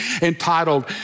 entitled